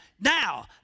Now